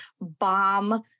bomb